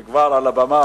הוא כבר על הבמה.